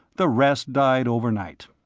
the rest died overnight.